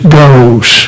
goes